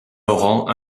laurent